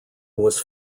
was